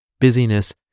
Busyness